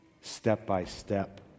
step-by-step